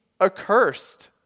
accursed